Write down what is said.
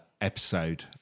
episode